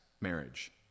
marriage